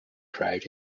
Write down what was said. crowd